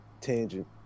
tangent